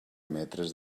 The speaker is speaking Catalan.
metres